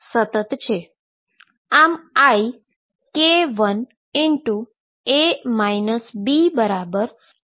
આમ ik1A Bik2C આપણી પાસે છે